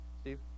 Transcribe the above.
Steve